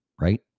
right